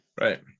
right